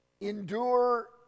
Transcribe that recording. endure